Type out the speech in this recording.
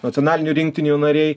nacionalinių rinktinių nariai